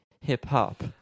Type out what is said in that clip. Hip-hop